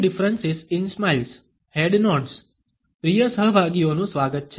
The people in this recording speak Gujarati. પ્રિય સહભાગીઓનું સ્વાગત છે